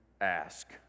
ask